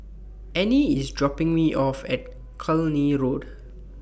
Annie IS dropping Me off At Cluny Road